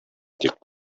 тик